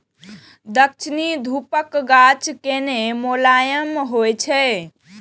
दक्षिणी ध्रुवक गाछ कने मोलायम होइ छै